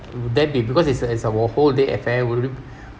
would there be because it's it's a whole day affair would it be